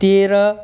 तेह्र